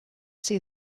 see